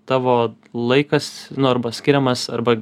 tavo laikas nu arba skiriamas arba